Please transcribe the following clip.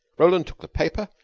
roland took the paper,